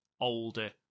older